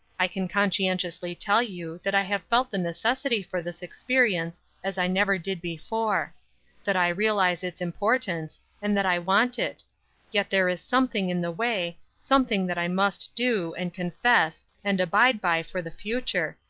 i can conscientiously tell you that i have felt the necessity for this experience as i never did before that i realize its importance, and that i want it yet there is something in the way, something that i must do, and confess, and abide by for the future,